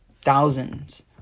thousands